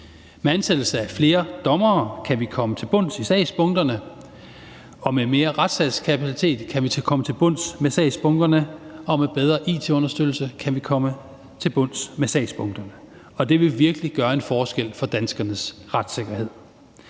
Med ansættelse af flere dommere kan vi komme til bunds i sagsbunkerne, og med mere retssalskapacitet kan vi komme til bunds i sagsbunkerne, og med bedre it-understøttelse kan vi komme til bunds i sagsbunkerne, og det vil virkelig gøre en forskel for danskernes retssikkerhed.